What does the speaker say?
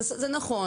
זה נכון.